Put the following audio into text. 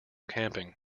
camping